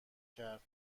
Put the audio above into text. کرد